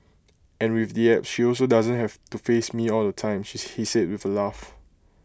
and with the apps she also doesn't have to face me all the time she he said with A laugh